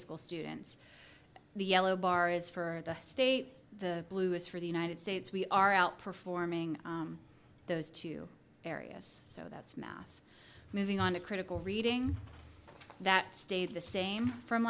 school students the yellow bar is for the state the blue is for the united states we are outperforming those two areas so that's math moving on a critical reading that stayed the same from